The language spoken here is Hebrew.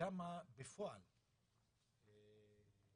כמה בפועל ניתנו?